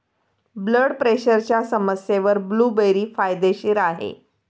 blood प्रेशरच्या समस्येवर blueberry फायदेशीर आहे